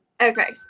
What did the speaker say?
okay